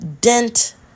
Dent